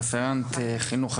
רפרנט חינוך,